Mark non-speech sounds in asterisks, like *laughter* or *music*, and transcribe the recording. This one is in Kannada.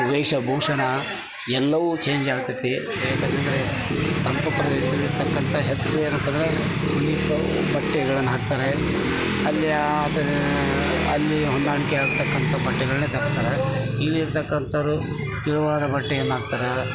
ವೇಷ ಭೂಷಣ ಎಲ್ಲವೂ ಚೇಂಜ್ ಆಗ್ತದೆ ಏಕಂತಂದರೆ ತಂಪು ಪ್ರದೇಶದಲ್ಲಿರ್ತಕ್ಕಂಥ ಹೆಚ್ಚು ಏನಪ್ಪ ಅಂದರೆ *unintelligible* ಬಟ್ಟೆಗಳನ್ನು ಹಾಕ್ತಾರೆ ಅಲ್ಲಿ ಅಲ್ಲಿ ಹೊಂದಾಣಿಕೆ ಆಗ್ತಕ್ಕಂಥ ಬಟ್ಟೆಗಳನ್ನೇ ಧರಿಸ್ತಾರೆ ಇಲ್ಲಿರ್ತಕ್ಕಂಥವ್ರು ತೆಳುವಾದ ಬಟ್ಟೆಯನ್ನು ಹಾಕ್ತರೆ